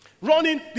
Running